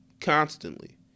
Constantly